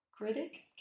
Critic